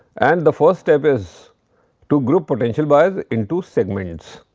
and the first step is to group potential buyers into segments.